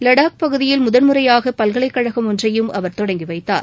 லடாக் பகுதியில் முதல் முறையாக பல்கலைக்கழகம் ஒன்றையும் அவர் தொடங்கி வைத்தார்